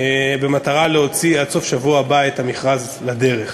במטרה להוציא עד סוף השבוע הבא את המכרז לדרך.